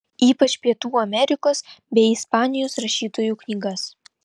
ypač pietų amerikos bei ispanijos rašytojų knygas